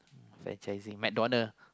franchising McDonald